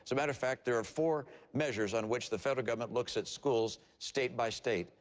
so matter of fact, there are four measures on which the federal government looks at schools state by state,